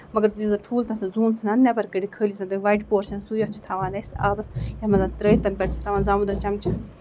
مَگر یُس زن ٹھوٗل تَس چھس زوٗن ژھٕنان نٮ۪بر کٔڑِتھ خٲلی چھُ آسان ووٚیِٹ پوٚرشن سُے یوت چھِ تھاوان أسۍ آبس یَتھ منٛز ترٲوِتھ پٮ۪ٹھ چھِس تھاوان زامُت دۄد چمچہٕ